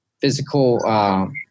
physical